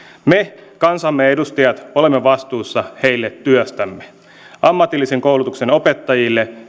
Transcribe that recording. me kansamme edustajat olemme vastuussa työstämme heille ammatillisen koulutuksen opettajille